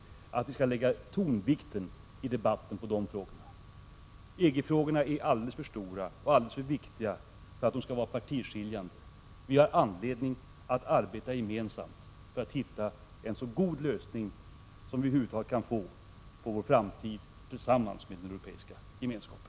Jag tycker inte att vi i debatten skall lägga tonvikten på dessa frågor. EG frågorna är alldeles för stora och alldeles för viktiga för att de skall vara partiskiljande. Vi har anledning att arbeta gemensamt för att hitta en så god lösning som vi över huvud taget kan få på vår framtid tillsammans med den Europeiska gemenskapen.